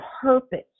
purpose